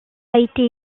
été